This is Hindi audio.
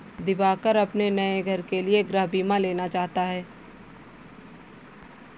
दिवाकर अपने नए घर के लिए गृह बीमा लेना चाहता है